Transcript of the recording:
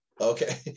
Okay